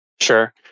Sure